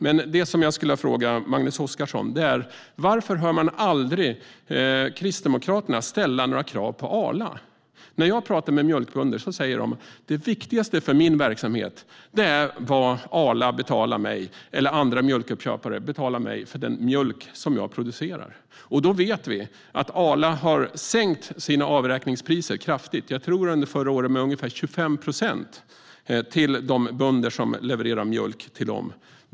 Men jag vill fråga Magnus Oscarsson: Varför hör man aldrig Kristdemokraterna ställa några krav på Arla? När jag pratar med mjölkbönder säger de: Det viktigaste för min verksamhet är vad Arla eller andra mjölkuppköpare betalar mig för den mjölk som jag levererar. Under förra året sänkte Arla kraftigt sina avräkningspriser, med ungefär 25 procent, till de bönder som levererar mjölk.